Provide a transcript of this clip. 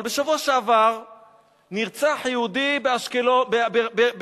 אבל בשבוע שעבר נרצח יהודי ברמלה,